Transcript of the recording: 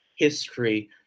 history